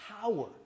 power